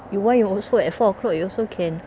you why you also at four o'clock you also can